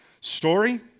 story